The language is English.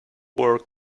work